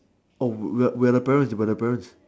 oh we are the parent we are the parent